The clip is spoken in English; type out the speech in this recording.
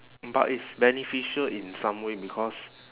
but it's beneficial in some way because